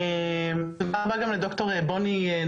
קוראים לי ד"ר יהל